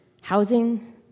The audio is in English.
housing